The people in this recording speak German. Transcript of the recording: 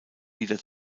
wieder